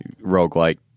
roguelike